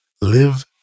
Live